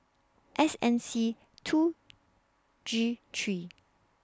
S N C two G three